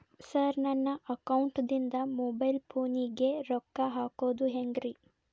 Sir ನನ್ನ ಅಕೌಂಟದಿಂದ mobile ಫೋನಿಗೆ ರೊಕ್ಕ ಹಾಕೋದು ಹೆಂಗ್ರಿ?